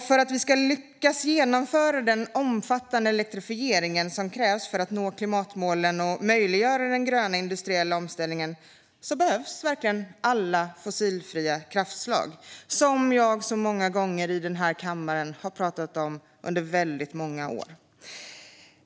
För att vi ska lyckas genomföra den omfattande elektrifiering som krävs för att nå klimatmålen och möjliggöra den gröna industriella omställningen behövs verkligen alla fossilfria kraftslag, vilket jag har pratat om så många gånger i denna kammare under väldigt många år.